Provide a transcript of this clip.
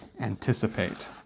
anticipate